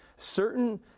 certain